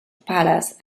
palaces